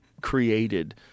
created